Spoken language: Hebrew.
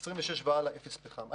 אבל מ-2026 והלאה יהיה אפס פחם.